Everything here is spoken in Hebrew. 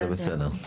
זה בסדר.